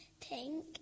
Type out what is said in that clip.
pink